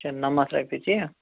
اَچھا نَمَتھ رۄپیہِ تی ہا